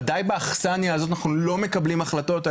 בוודאי באכסניה הזאת אנחנו לא מקבלים החלטות,